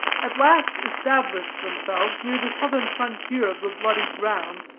at last established themselves near the southern frontier of the bloody ground,